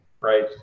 right